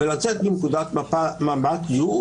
ולצאת מנקודת המבט הזאת,